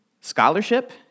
Scholarship